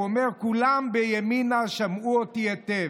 הוא אומר: כולם בימינה שמעו אותי היטב.